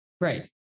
Right